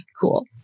Cool